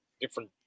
different